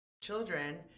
children